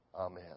Amen